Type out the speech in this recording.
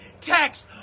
text